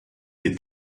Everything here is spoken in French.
les